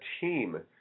team